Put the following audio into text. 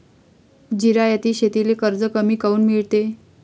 जिरायती शेतीले कर्ज कमी काऊन मिळते?